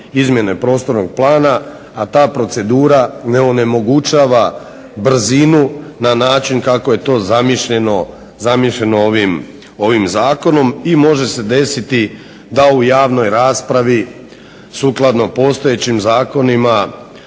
izmjene prostornog plana, a ta procedura ne onemogućava brzinu na način kako je to zamišljeno ovim zakonom. I može se desiti da u javnoj raspravi sukladno postojećim zakonima